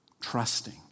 Trusting